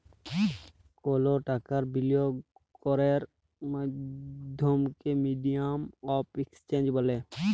call টাকার বিলিয়গ ক্যরের মাধ্যমকে মিডিয়াম অফ এক্সচেঞ্জ ব্যলে